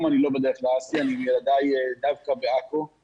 אני לא בדרך ל-האסי אלא עם ילדיי דווקא בעכו,